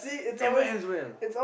never ends well